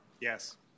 Yes